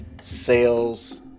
sales